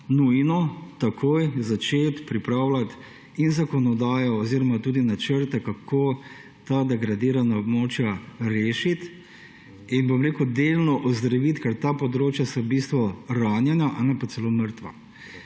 nujno takoj začeti pripravljati zakonodajo oziroma tudi načrte, kako ta degradirana območja rešiti in delno ozdraviti, ker ta območja so v bistvu ranjena, ena pa celo mrtva.